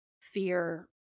fear